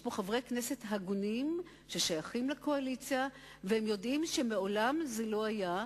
יש פה חברי כנסת הגונים ששייכים לקואליציה והם יודעים שמעולם זה לא היה.